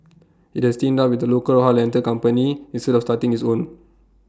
IT has teamed up with A local A car rental company instead of starting its own